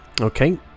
Okay